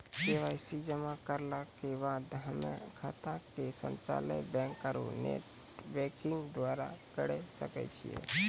KYC जमा करला के बाद हम्मय खाता के संचालन बैक आरू नेटबैंकिंग द्वारा करे सकय छियै?